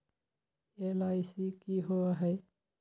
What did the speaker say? LIC की होअ हई?